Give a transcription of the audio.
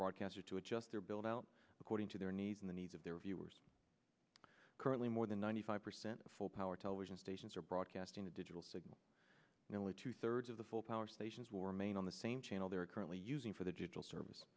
broadcaster to adjust their build out according to their needs in the needs of their viewers currently more than ninety five percent of full power television stations are broadcasting the digital signal nearly two thirds of the full power stations will remain on the same channel they are currently using for the digital service